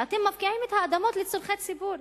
שאתם מפקיעים את האדמות לצורכי ציבור.